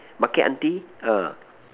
Market auntie err